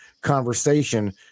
conversation